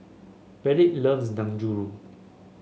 Reid loves Dangojiru